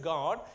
God